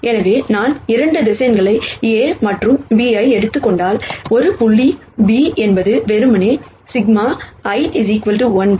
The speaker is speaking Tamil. எனவே நான் 2 வெக்டர் A மற்றும் B ஐ எடுத்துக் கொண்டால் ஒரு புள்ளி B என்பது வெறுமனே i1nai bi